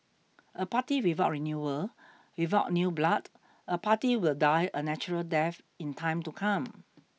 a party without renewal without new blood a party will die a natural death in time to come